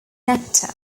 nectar